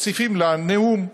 מוסיפין לה נאום.